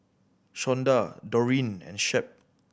Shonda Doreen and Shep